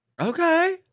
Okay